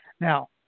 Now